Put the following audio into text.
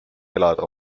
elada